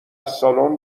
سالن